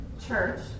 church